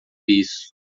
isso